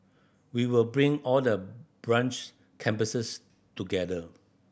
we will bring all the branch campuses together